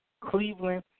Cleveland